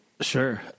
Sure